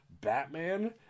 batman